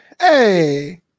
hey